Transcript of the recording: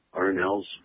Arnell's